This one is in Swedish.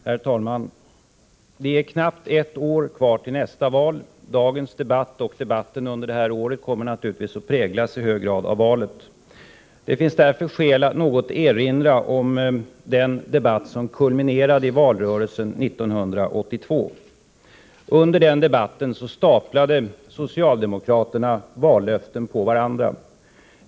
Herr talman! Det är knappt ett år kvar till nästa val. Dagens debatt och debatten under det här året kommer naturligtvis att präglas i hög grad av valet. Det finns därför skäl att något erinra om den debatt som kulminerade i valrörelsen 1982. Under den debatten staplade socialdemokraterna vallöften på varandra.